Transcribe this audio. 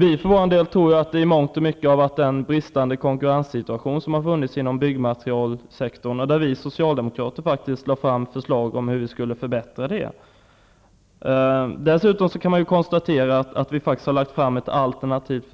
Vi tror för vår del att problemet har varit den brist på konkurrens som har rått inom byggmaterialsektorn. Vi socialdemokrater har faktiskt lagt fram ett förslag till förbättring på den punkten. Dessutom lade den gamla socialdemokratiska regeringen fram ett alternativt